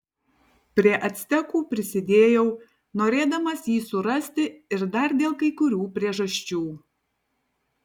prie actekų prisidėjau norėdamas jį surasti ir dar dėl kai kurių priežasčių